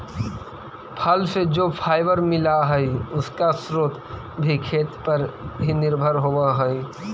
फल से जो फाइबर मिला हई, उसका स्रोत भी खेत पर ही निर्भर होवे हई